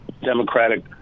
democratic